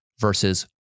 versus